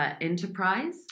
Enterprise